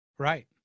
Right